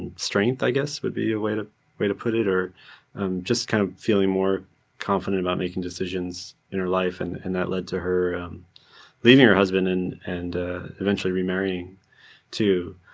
and strength, i guess would be a way to way to put it. or just kind of feeling more confident about making decisions in her life, and and that led to her leaving her husband and and eventually remarrying too.